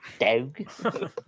dog